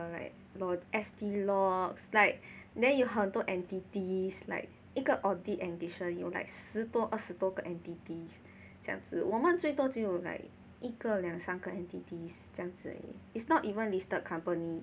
err then like Lau~ Estee Lauder is like then 有很多 entities like 一个 audit engagement 有 like 十多二十多个 entities 这样子我们最多只有 like 一个两三个 entities 这样子而已 it's not even listed company